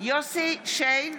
יוסף שיין,